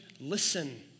listen